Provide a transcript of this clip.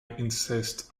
insist